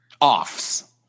Offs